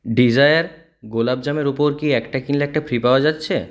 desire গোলাপ জামের ওপর কি একটা কিনলে একটা ফ্রি পাওয়া যাচ্ছে